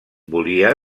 volia